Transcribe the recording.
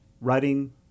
writing